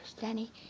Danny